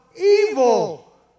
evil